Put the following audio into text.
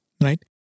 right